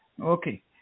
Okay